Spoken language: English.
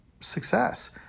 success